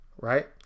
right